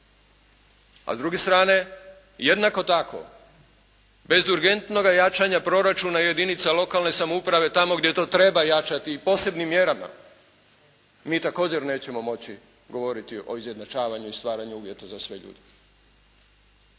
A s druge strane, jednako tako bez urgentnoga jačanja proračuna jedinica lokalne samouprave tamo gdje to treba jačati i posebnim mjerama mi također nećemo moći govoriti o izjednačavanju i stvaranju uvjeta za sve ljude.